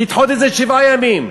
לדחות את זה שבעה ימים,